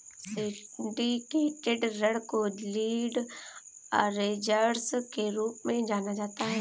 syndicated ऋण को lead arrangers के रूप में जाना जाता है